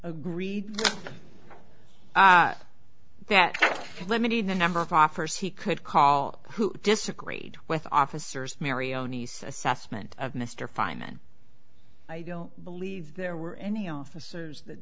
agreed that limited the number of offers he could call who disagreed with officers mario nice assessment of mr fineman i don't believe there were any officers